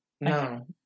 No